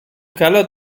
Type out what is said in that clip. keller